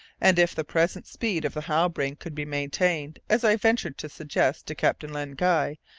and if the present speed of the halbrane could be maintained, as i ventured to suggest to captain len guy,